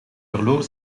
verloor